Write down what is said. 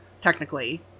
technically